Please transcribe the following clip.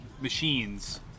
machines